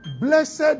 Blessed